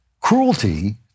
Cruelty